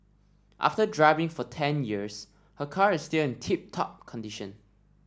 after driving for ten years her car is still in tip top condition